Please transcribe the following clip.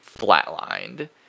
flatlined